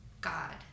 God